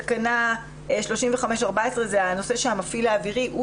תקנה 35(14) היא הנושא שהמפעיל האווירי הוא